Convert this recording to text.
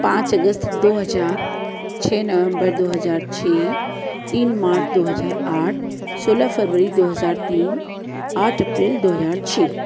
पाँच अगस्त दो हज़ार छह नवम्बर दो हज़ार छह तीन मार्च दो हज़ार आठ सोलह फरवरी दो हज़ार तीन आठ अप्रैल दो हज़ार छह